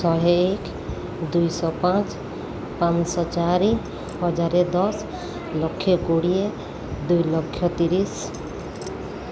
ଶହେ ଏକ ଦୁଇଶହ ପାଞ୍ଚ ପାଁଶହ ଚାରି ହଜାର ଦଶ ଲକ୍ଷେ କୋଡ଼ିଏ ଦୁଇ ଲକ୍ଷ ତିରିଶ